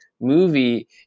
movie